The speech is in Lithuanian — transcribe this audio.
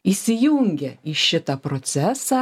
įsijungė į šitą procesą